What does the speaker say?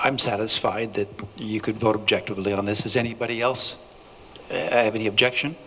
i'm satisfied that you could both objective early on this is anybody else have any objection